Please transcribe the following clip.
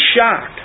shocked